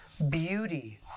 beauty